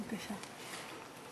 בבקשה.